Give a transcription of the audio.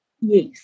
Yes